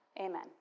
Amen